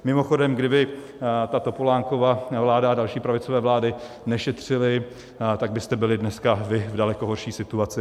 Mimochodem, kdyby Topolánkova vláda a další pravicové vlády nešetřily, tak byste byli dneska vy v daleko horší situaci.